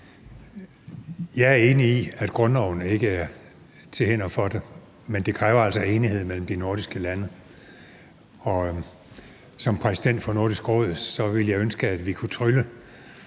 Jeg er enig i, at grundloven ikke er til hinder for det, men det kræver altså enighed mellem de nordiske lande. Som præsident for Nordisk Råd ville jeg ønske, at vi kunne trylle.